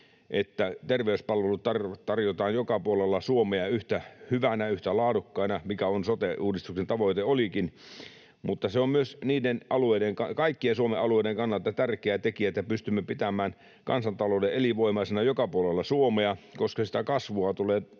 että terveyspalvelut tarjotaan joka puolella Suomea yhtä hyvinä, yhtä laadukkaina, mikä sote-uudistuksen tavoite olikin. Mutta myös se on kaikkien Suomen alueiden kannalta tärkeä tekijä, että pystymme pitämään kansantalouden elinvoimaisena joka puolella Suomea, koska sitä kasvua tulee